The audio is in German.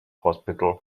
hospital